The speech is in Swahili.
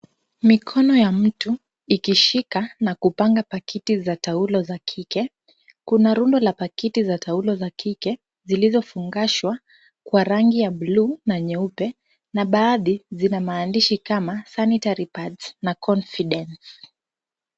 Mikono ya mtu ikishika na kupanga pakiti za taulo za kike. Kuna rundo la pakiti za taulo za kike zilizofungashwa kwa rangi ya blue na nyeupe na baadhi zina maandishi kama sanitary pads, na confidence .